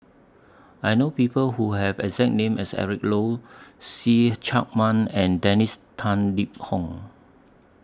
I know People Who Have exact name as Eric Low See Chak Mun and Dennis Tan Lip Fong